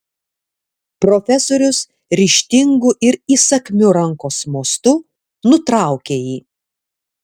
profesorius ryžtingu ir įsakmiu rankos mostu nutraukė jį